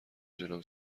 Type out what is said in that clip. دونم